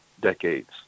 decades